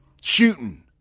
shooting